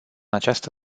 această